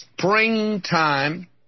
springtime